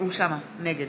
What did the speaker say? נגד